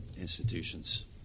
institutions